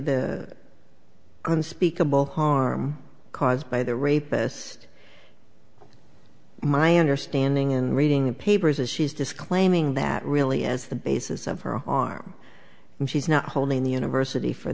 the unspeakable harm caused by the rapist my understanding in reading the papers is she's disclaiming that really is the basis of her arm and she's not holding the university for